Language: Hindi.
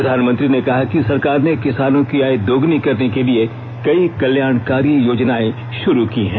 प्रधानमंत्री ने कहा कि सरकार ने किसानों की आय दोगुनी करने के लिए कई कल्याणकारी योजनाएं शुरू की है